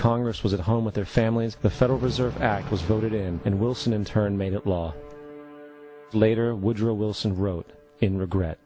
congress was at home with their families the federal reserve act was voted in and wilson in turn made it law later woodrow wilson wrote in regret